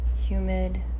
humid